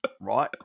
right